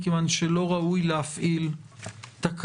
מכיוון שלא ראוי להפעיל תקנות,